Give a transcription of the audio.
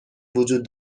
وجود